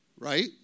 right